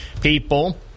people